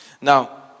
Now